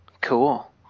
Cool